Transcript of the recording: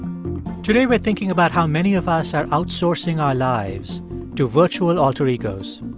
today, we're thinking about how many of us are outsourcing our lives to virtual alter egos.